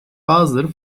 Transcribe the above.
bazıları